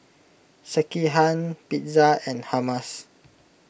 Sekihan Pizza and Hummus